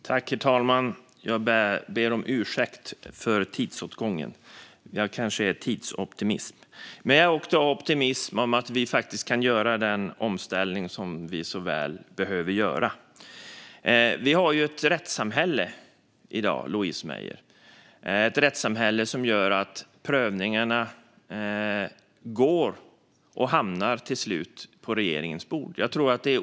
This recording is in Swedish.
Herr talman! Jag ber om ursäkt för tidsåtgången. Jag kanske är tidsoptimist. Men jag är också optimist om att vi faktiskt kan göra den omställning som vi så väl behöver göra. Vi har ju ett rättssamhälle i dag, Louise Meijer, som gör att prövningarna till slut hamnar på regeringens bord.